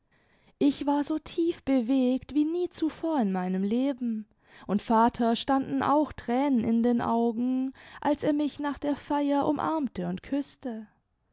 ich war so tief bewegt wie nie zuvor in meinem leben und vater standen auch tränen in den augen als er mich nach der feier umarmte und küßte